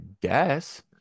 guess